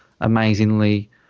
amazingly